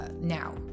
now